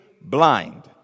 blind